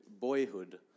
boyhood